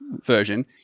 version